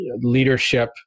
leadership